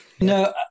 No